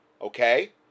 okay